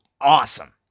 awesome